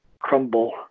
crumble